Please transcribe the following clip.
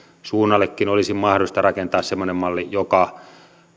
suunnallekin olisi mahdollista rakentaa semmoinen malli joka